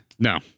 No